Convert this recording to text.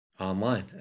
online